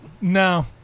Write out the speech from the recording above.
No